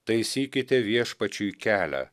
taisykite viešpačiui kelią